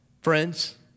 Friends